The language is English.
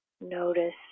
notice